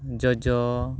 ᱡᱚᱡᱚ